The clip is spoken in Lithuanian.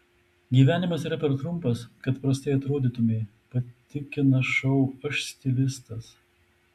gyvenimas yra per trumpas kad prastai atrodytumei patikina šou aš stilistas